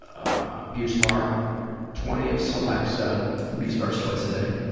ah, buspar twenty of celexa buspar's twice a day?